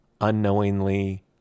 unknowingly